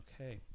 okay